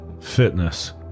fitness